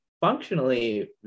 functionally